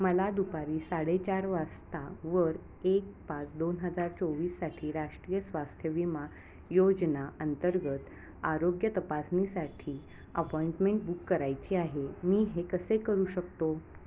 मला दुपारी साडेचार वासतावर एक पाच दोन हजार चोवीससाठी राष्ट्रीय स्वास्थ्य विमा योजना अंतर्गत आरोग्य तपासणीसाठी अपॉइंटमेंट बुक करायची आहे मी हे कसे करू शकतो